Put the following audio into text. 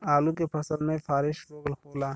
आलू के फसल मे फारेस्ट रोग होला?